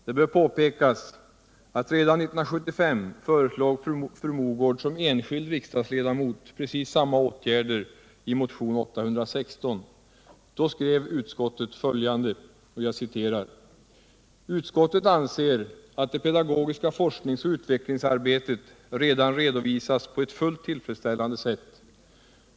Det bör påpekas att redan 1975 föreslog fru Mogård som enskild riksdagsledamot precis samma åtgärder i motion 816. Då skrev utskottet följande: ”Utskottet anser att det pedagogiska forskningsoch utvecklingsarbetet redan redovisas på ett fullt tillfredsställande sätt.